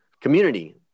community